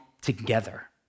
together